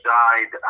died